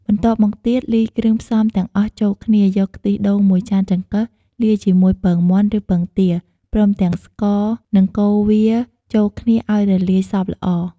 បន្ទាប់មកទៀតលាយគ្រឿងផ្សំទាំងអស់ចូលគ្នា យក ខ្ទិះដូង ១ ចានចង្កឹះ លាយជាមួយពងមាន់ ឬពងទា ព្រមទាំងស្ករ និងកូរវាចូលគ្នាឱ្យរលាយសព្វល្អ។